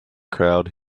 crowd